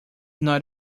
not